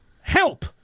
Help